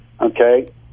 okay